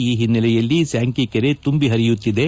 ಈ ಹಿನ್ನೆಲೆಯಲ್ಲಿ ಸ್ಕಾಂಕಿ ಕೆರೆ ತುಂಬಿ ಪರಿಯತ್ತಿದೆ